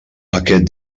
aquest